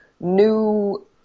new